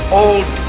old